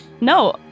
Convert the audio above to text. No